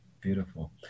beautiful